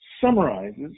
summarizes